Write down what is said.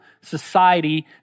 society